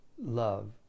love